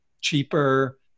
cheaper